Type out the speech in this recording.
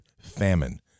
Famine